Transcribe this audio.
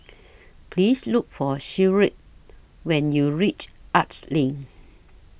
Please Look For Sherwood when YOU REACH Arts LINK